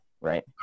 right